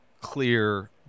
clear